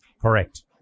Correct